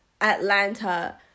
Atlanta